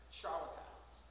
charlatans